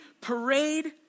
parade